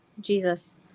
Jesus